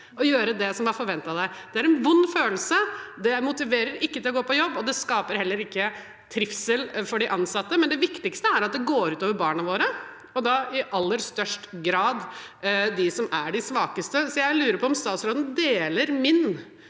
Det er en vond følelse, det motiverer ikke til å gå på jobb, og det skaper heller ikke trivsel for de ansatte. Og viktigst: Det går ut over barna våre, og da i aller størst grad de svakeste. Jeg lurer derfor på om statsråden deler min